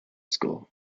school